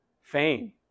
fame